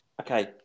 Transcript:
Okay